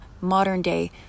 modern-day